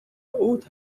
اوت